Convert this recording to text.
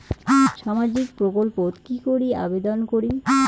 সামাজিক প্রকল্পত কি করি আবেদন করিম?